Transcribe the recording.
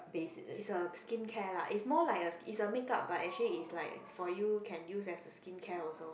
is a skincare lah is more like a is a makeup but actually is like for you can use as a skincare also